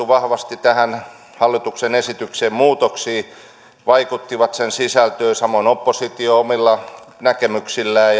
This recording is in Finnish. vahvasti tämän hallituksen esityksen muutoksiin vaikuttivat sen sisältöön samoin oppositio omilla näkemyksillään